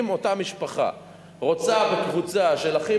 אם אותה משפחה רוצה לגור בקבוצה של אחים,